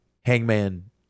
Hangman